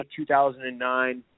2009